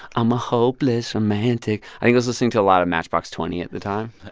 i'm a hopeless romantic. i think i was listening to a lot of matchbox twenty at the time.